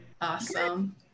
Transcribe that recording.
Awesome